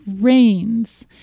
rains